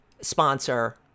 sponsor